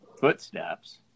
footsteps